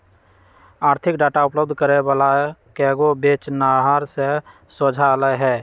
आर्थिक डाटा उपलब्ध करे वला कएगो बेचनिहार से सोझा अलई ह